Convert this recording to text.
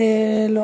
כנסת נכבדה,